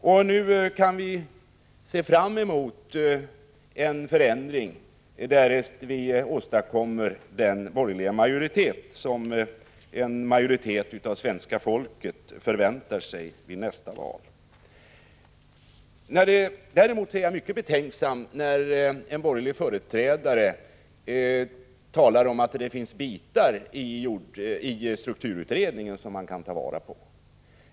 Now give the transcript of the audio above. Och nu kan vi se fram emot en förändring därest vi åstadkommer den borgerliga majoritet som en övervägande del av svenska folket förväntar sig vid nästa val. Jag är däremot mycket betänksam när en företrädare för oss inom de borgerliga partierna talar om att det finns bitar i strukturutredningen som man kan ta vara på.